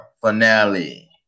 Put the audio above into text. finale